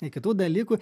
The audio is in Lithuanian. nei kitų dalykų